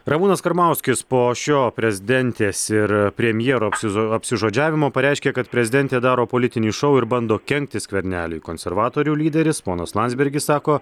ramūnas karbauskis po šio prezidentės ir premjero apsizo apsižodžiavimo pareiškė kad prezidentė daro politinį šou ir bando kenkti skverneliui konservatorių lyderis ponas landsbergis sako